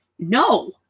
No